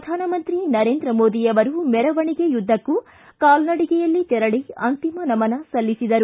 ಪ್ರಧಾನಮಂತ್ರಿ ನರೇಂದ್ರ ಮೋದಿ ಮೆರವಣಿಗೆಯುದ್ದಕ್ಕೂ ಕಾಲ್ನಡಿಗೆಯಲ್ಲಿ ತೆರಳಿ ಅಂತಿಮ ನಮನ ಸಲ್ಲಿಸಿದರು